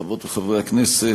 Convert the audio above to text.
חברות וחברי הכנסת,